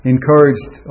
Encouraged